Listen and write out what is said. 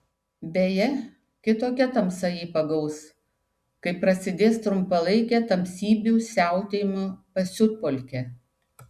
beje kitokia tamsa jį pagaus kai prasidės trumpalaikė tamsybių siautėjimo pasiutpolkė